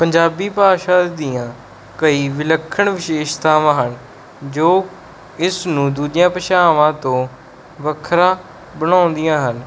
ਪੰਜਾਬੀ ਭਾਸ਼ਾ ਦੀਆਂ ਕਈ ਵਿਲੱਖਣ ਵਿਸ਼ੇਸ਼ਤਾਵਾਂ ਹਨ ਜੋ ਇਸ ਨੂੰ ਦੂਜੀਆਂ ਭਾਸ਼ਾਵਾਂ ਤੋਂ ਵੱਖਰਾ ਬਣਾਉਂਦੀਆਂ ਹਨ